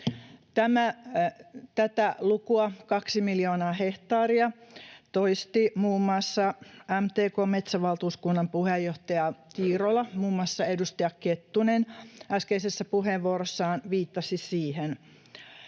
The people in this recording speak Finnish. Tätä lukua, kaksi miljoonaa hehtaaria, toisti muun muassa MTK:n metsävaltuuskunnan puheenjohtaja Tiirola. Muun muassa edustaja Kettunen äskeisessä puheenvuorossaan viittasi siihen.